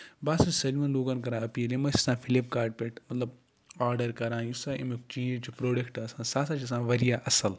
بہٕ ہسا چھُس سٲلمَن لوٗکن کران أپیٖل یِم ہسا چھِ فِلَپ کاٹ پٮ۪ٹھ مطلب آڈر کران یُس ہسا أمیُک چیٖز چھُ پروڈَکٹ آسان سُہ ہسا چھُ آسان واریاہ اَصٕل